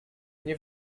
nie